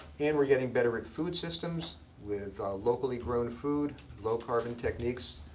and we're getting better at food systems with locally grown food, low carbon techniques,